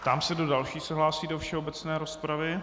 Ptám se, kdo další se hlásí do všeobecné rozpravy.